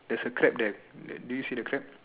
there's a crab there do you see the crab